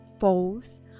false